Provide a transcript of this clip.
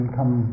come